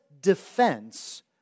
defense